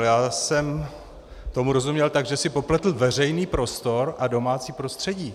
Já jsem tomu rozuměl tak, že si popletl veřejný prostor a domácí prostředí.